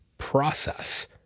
process